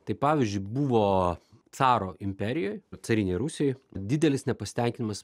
tai pavyzdžiui buvo caro imperijoj carinėj rusijoj didelis nepasitenkinimas